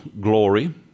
glory